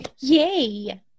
Yay